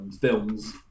films